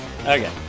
Okay